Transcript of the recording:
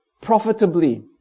profitably